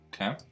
Okay